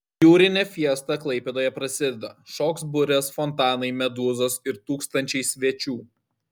jūrinė fiesta klaipėdoje prasideda šoks burės fontanai medūzos ir tūkstančiai svečių